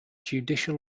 judicial